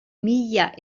mila